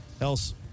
else